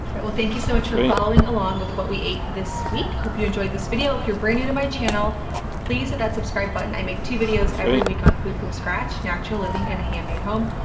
but well thank you so much for following along with what we ate this week. hope you enjoyed this video. if you're brand new to my channel please hit that subscribe button. i make two videos every week on food from scratch, natural living and a handmade home.